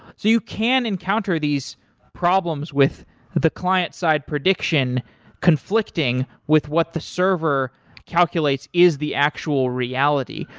you can encounter these problems with the client side prediction conflicting with what the server calculates is the actual reality.